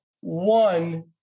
one